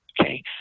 Okay